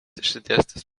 išsidėstęs